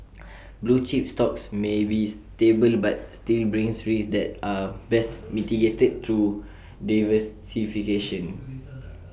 blue chip stocks may be stable but still brings risks that are best mitigated through diversification